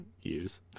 use